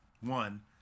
one